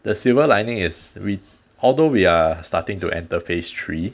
the silver lining is re~ although we are starting to enter phase three